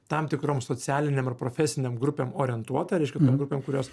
tam tikrom socialinėm ir profesinėm grupėm orientuotą reiškia tom grupėm kurios